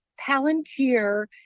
Palantir